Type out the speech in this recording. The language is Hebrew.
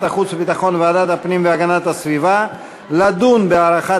החוץ והביטחון וועדת הפנים והגנת הסביבה לדון בהארכת